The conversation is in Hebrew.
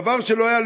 דבר שלא היה,